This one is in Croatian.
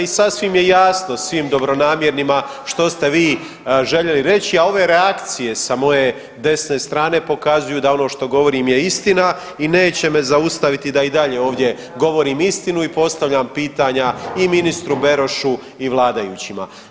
I sasvim je jasno svim dobronamjernima što ste vi željeli reći, a ove reakcije sa desne strane pokazuju da ono što govorim je istina i neće me zaustaviti da i dalje ovdje govorim istinu i postavljam pitanja i ministru Berošu i vladajućima.